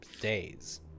Days